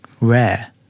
Rare